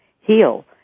heal